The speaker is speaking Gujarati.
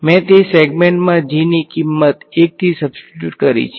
મેં તે સેગમેન્ટમાં g ની કિંમત 1 થી સબ્સટીટ્યુટ કરી છે